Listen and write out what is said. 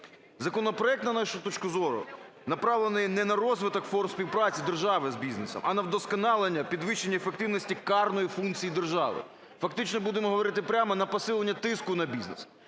Законопроект, на нашу точку зору, направлений не на розвиток форм співпраці держави з бізнесом, а на вдосконалення підвищення ефективності карної функції держави. Фактично, будемо говорити прямо, на посилення тиску на бізнес.